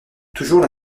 toujours